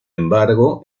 embargo